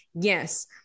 Yes